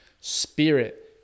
spirit